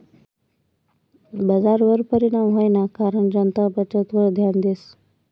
बजारवर परिणाम व्हवाना कारण जनता बचतवर ध्यान देस